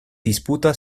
disputa